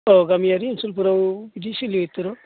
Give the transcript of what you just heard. अह गामियारि ओनसोलफोराव बिदि सोलियो थर'